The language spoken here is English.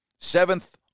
seventh